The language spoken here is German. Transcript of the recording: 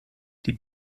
die